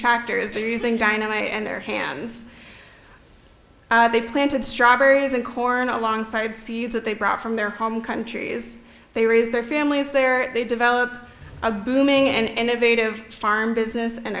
tractors they're using dynamite and their hands they planted strawberries and corn alongside see that they brought from their home countries they raised their families there they developed a booming and evade of farm business an